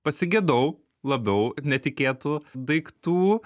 pasigedau labiau netikėtų daiktų